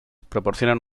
proporcionan